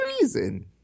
reason